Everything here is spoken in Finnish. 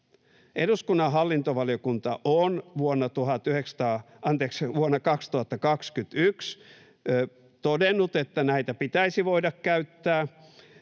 eduskunnan hallintovaliokunta on vuonna 2021 todennut, että tulisi selvittää,